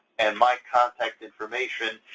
and my contact information,